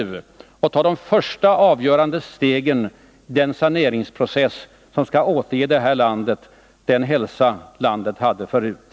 Vi måste ta de första avgörande stegen i den saneringsprocess som skall återge det här landet den hälsa det hade förut.